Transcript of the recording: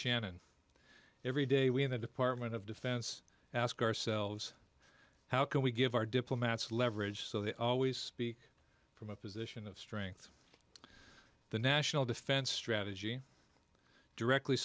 shannon every day we in the department of defense ask ourselves how can we give our diplomats leverage so they always speak from a position of strength the national defense strategy directly